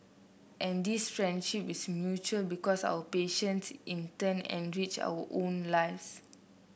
and this friendship is mutual because our patients in turn enrich our own lives